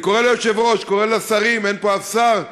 אני קורא ליושב-ראש, קורא לשרים, אין פה אף שר,